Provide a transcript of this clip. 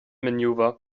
maneuver